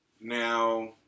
Now